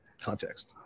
context